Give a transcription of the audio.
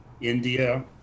India